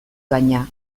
baina